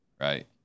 right